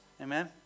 Amen